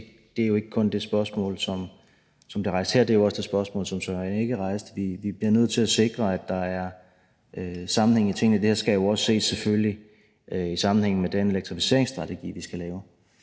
Det er jo ikke kun det spørgsmål, som bliver rejst her. Det er også det spørgsmål, som hr. Søren Egge Rasmussen rejste. Vi bliver nødt til at sikre, at der er sammenhæng i tingene. Det her skal selvfølgelig også ses i sammenhæng med den elektrificeringsstrategi, vi skal lave: